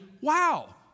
wow